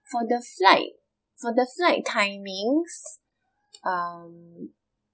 for the flight for the flight timings um